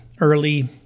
early